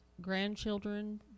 grandchildren